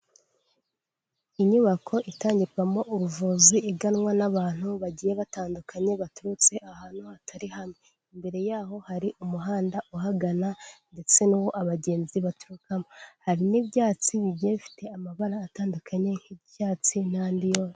Inyubako itangirwamo ubuvuzi iganwa n'abantu bagiye batandukanye baturutse ahantu hatari hamwe. Imbere yaho hari umuhanda uhagana ndetse n'uwo abagenzi baturukamo. Hari n'ibyatsi bigiye bifite amabara atandukanye nk'icyatsi n'andi yose.